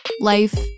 life